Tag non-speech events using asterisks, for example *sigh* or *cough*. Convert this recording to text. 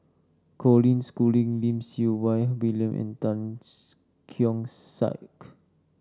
Colin Schooling Lim Siew Wai William and Tan *unintelligible* Keong Saik